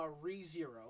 re-zero